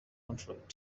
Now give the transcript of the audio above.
contract